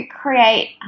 create